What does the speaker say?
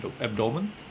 abdomen